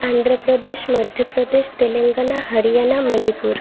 Andhra Pradesh Madhya Pradesh Telangana Haryana Manipur